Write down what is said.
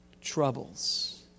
troubles